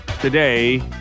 today